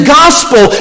gospel